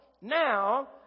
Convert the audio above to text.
now